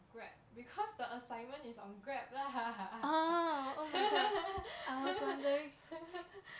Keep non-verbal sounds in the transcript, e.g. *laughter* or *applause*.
grab because the assignment is on grab lah *laughs* *laughs* *laughs*